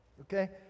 Okay